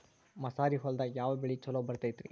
ಮಸಾರಿ ಹೊಲದಾಗ ಯಾವ ಬೆಳಿ ಛಲೋ ಬರತೈತ್ರೇ?